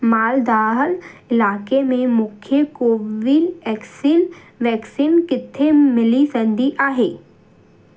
मालदा इलाइक़े में मूंखे कोवीन वेक्सीन वैक्सीन किथे मिली सघंदी आहे